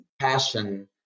passion